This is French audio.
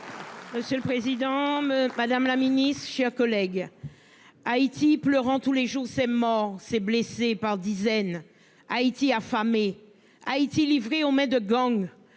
Monsieur le président, madame la Ministre, chers collègues. Haïti pleurant tous les jours c'est mort ces blessés par dizaines Haïti affamé Haïti livré aux mains de gangs